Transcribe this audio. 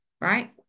Right